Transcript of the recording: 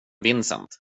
vincent